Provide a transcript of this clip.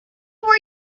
where